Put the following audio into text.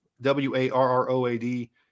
W-A-R-R-O-A-D